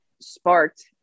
sparked